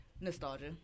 Nostalgia